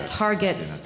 targets